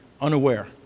unaware